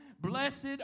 blessed